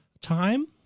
time